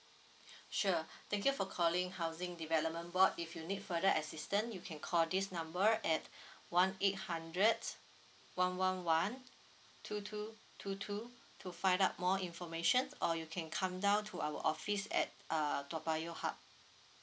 sure thank you for calling housing development board if you need further assistance you can call this number at one eight hundred one one one two two two two to find out more information or you can come down to our office at uh toapayoh hub